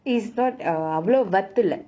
he's not uh அவளோ:avalo worth இல்ல:illa